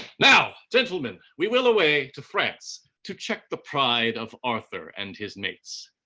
now, gentlemen, we will away to france, to check the pride of arthur and his mates.